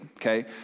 okay